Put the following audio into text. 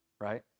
right